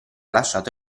lasciato